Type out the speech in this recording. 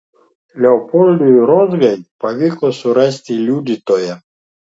leopoldui rozgai pavyko surasti liudytoją